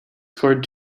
scored